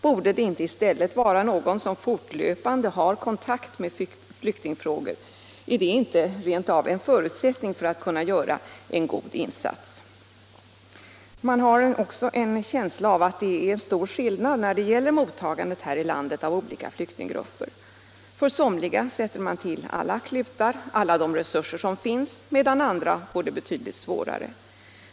Borde det inte i stället vara någon som fortlöpande har kontakt med flyktingfrågor? Är det inte rent av en förutsättning för en god insats? Jag har också en känsla av att det är stor skillnad när det gäller mottagandet här i landet av olika flyktinggrupper. För somliga sätter man till alla klutar och satsar alla de resurser som finns, medan andra får det betydligt svårare.